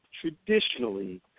traditionally